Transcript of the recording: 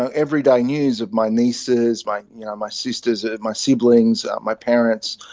so everyday news of my nieces, my you know my sisters, ah my siblings, my parents,